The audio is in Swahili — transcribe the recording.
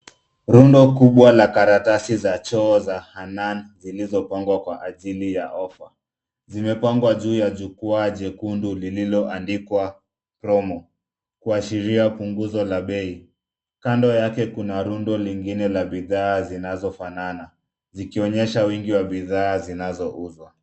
Rundo kubwa la karatasi za choo za Hannan zilizopangwa kwa ajili ya ofa. Zimepangwa juu ya jukwaa jekundu lililoandikwa promo , kuashiria punguzo la bei. Kando yake kuna rundo lingine la bihaa zinazofanana zikionyesha wingi wa bidhaa zinaozouzwa.